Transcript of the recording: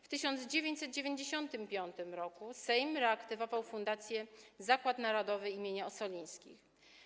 W 1995 r. Sejm reaktywował fundację Zakład Narodowy im. Ossolińskich.